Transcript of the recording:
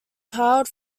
tiled